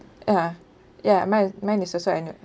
ya ya mine mine is also annual